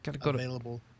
available